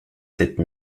cette